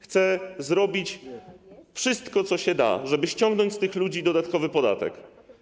Chce zrobić wszystko, co się da, żeby ściągnąć z tych ludzi dodatkowy podatek.